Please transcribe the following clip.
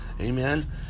Amen